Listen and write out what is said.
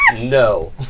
No